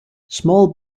small